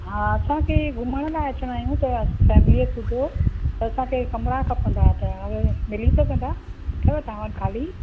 हा असांखे घुमण लाइ अचणा आहियूं त फैमिलीअ सुधो त असांखे कमिरा खपंदा त उहे मिली सघंदा अथव तव्हां वटि खाली